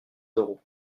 d’euros